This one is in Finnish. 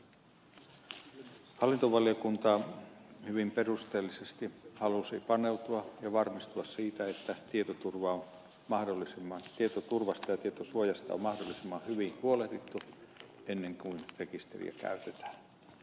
hallintovaliokunta hyvin perusteellisesti halusi paneutua ja varmistua siitä että tietoturvasta ja tietosuojasta on mahdollisimman hyvin huolehdittu ennen kuin rekisteriä käytetään